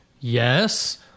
yes